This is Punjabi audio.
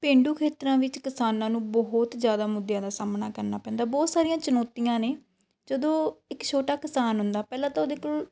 ਪੇਂਡੂ ਖੇਤਰਾਂ ਵਿੱਚ ਕਿਸਾਨਾਂ ਨੂੰ ਬਹੁਤ ਜ਼ਿਆਦਾ ਮੁੱਦਿਆਂ ਦਾ ਸਾਹਮਣਾ ਕਰਨਾ ਪੈਂਦਾ ਬਹੁਤ ਸਾਰੀਆਂ ਚੁਨੌਤੀਆਂ ਨੇ ਜਦੋਂ ਇੱਕ ਛੋਟਾ ਕਿਸਾਨ ਹੁੰਦਾ ਪਹਿਲਾਂ ਤਾਂ ਉਹਦੇ ਕੋਲ